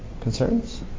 concerns